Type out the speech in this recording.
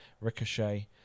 Ricochet